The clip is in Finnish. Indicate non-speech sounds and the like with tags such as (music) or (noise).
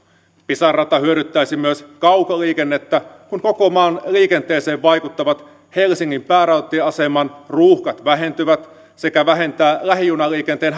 pisara rata hyödyttäisi myös kaukoliikennettä kun koko maan liikenteeseen vaikuttavat helsingin päärautatieaseman ruuhkat vähentyvät sekä vähentäisi lähijunaliikenteen (unintelligible)